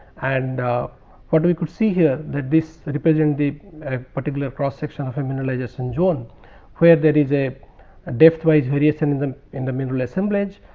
and ah what we could see here that this represent the particular cross section of a mineralization zone where there is a depth wise variation in the in the middle assemblage